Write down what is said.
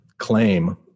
claim